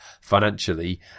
financially